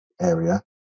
area